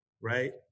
right